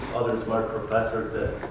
other smart professors that